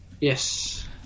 yes